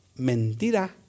Mentira